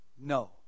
no